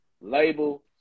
label